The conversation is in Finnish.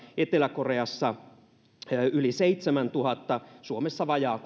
etelä koreassa yli seitsemäntuhatta suomessa vajaa